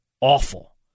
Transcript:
awful